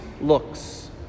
looks